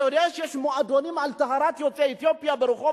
אתה יודע שיש מועדונים על טהרת יוצאי אתיופיה ברחוב